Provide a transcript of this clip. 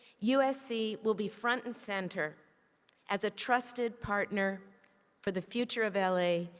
usc will be front and center as a trusted partner for the future of l a.